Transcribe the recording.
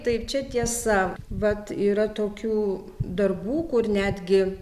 taip čia tiesa vat yra tokių darbų kur netgi